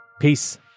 Peace